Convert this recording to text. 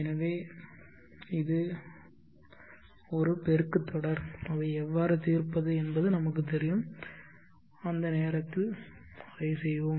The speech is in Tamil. எனவே இது பெருக்கு தொடர் அதை எவ்வாறு தீர்ப்பது என்பது நமக்குத் தெரியும் அந்த நேரத்தில் அதைச் செய்வோம்